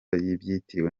byitiriwe